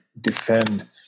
defend